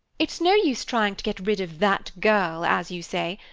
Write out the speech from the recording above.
it's no use trying to get rid of that girl as you say,